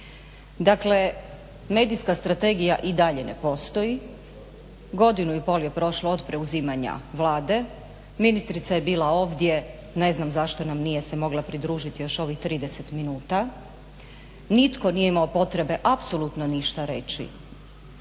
Dakle, medijska strategija i dalje ne postoj, godinu i pol je prošlo od preuzimanja Vlade, ministrica je bila ovdje ne znam zašto nam nije se mogla pridružiti još ovih 30 minuta, nitko nije imao potrebe apsolutno ništa reći